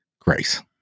grace